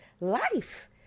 life